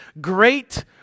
great